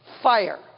fire